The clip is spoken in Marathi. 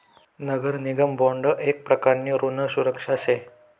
नगर निगम बॉन्ड येक प्रकारनी ऋण सुरक्षा शे